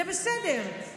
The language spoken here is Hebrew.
זה בסדר,